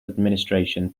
administration